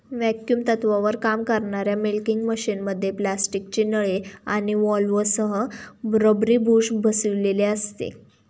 vacuum तत्त्वावर काम करणाऱ्या मिल्किंग मशिनमध्ये प्लास्टिकची नळी आणि व्हॉल्व्हसह रबरी बुश बसविलेले असते